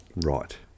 Right